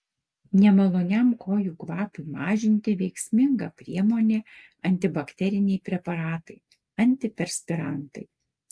nemaloniam kojų kvapui mažinti veiksminga priemonė antibakteriniai preparatai antiperspirantai